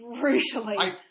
brutally